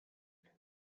there